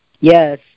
Yes